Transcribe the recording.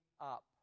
up